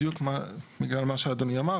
בדיוק בגלל מה שאדוני אמר.